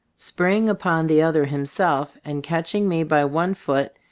spring upon the other himself, and catching me by one foot,